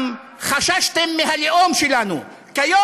בכל מדינה דמוקרטית,